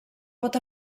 pot